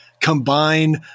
combine